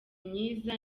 myiza